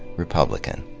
republican.